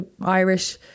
Irish